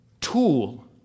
tool